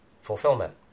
fulfillment